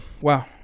Wow